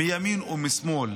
מימין ומשמאל,